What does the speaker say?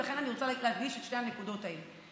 ולכן אני רוצה להדגיש את שתי הנקודות האלה.